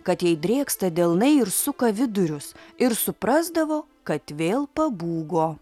kad jai drėksta delnai ir suka vidurius ir suprasdavo kad vėl pabūgo